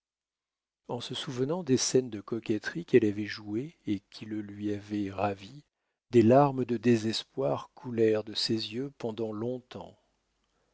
en se souvenant des scènes de coquetterie qu'elle avait jouées et qui le lui avaient ravi des larmes de désespoir coulèrent de ses yeux pendant long-temps